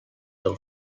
del